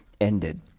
ended